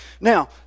Now